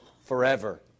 forever